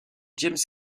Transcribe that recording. james